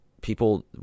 people